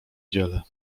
dziele